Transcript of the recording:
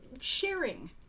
sharing